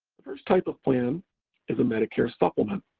first type of plan is a medicare supplement,